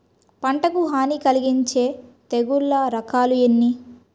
పంటకు హాని కలిగించే తెగుళ్ల రకాలు ఎన్ని?